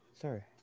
Sorry